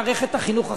מערכת החינוך החרדית,